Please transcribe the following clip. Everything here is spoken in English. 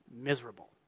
miserable